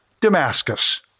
Damascus